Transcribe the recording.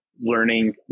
learning